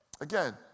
Again